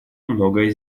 многое